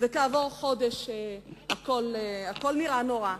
וכעבור חודש הכול נראה נורא.